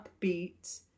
upbeat